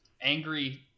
Angry